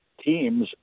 teams